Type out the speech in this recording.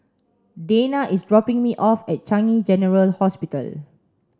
Dayna is dropping me off at Changi General Hospital